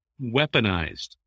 weaponized